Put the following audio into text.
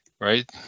right